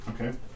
Okay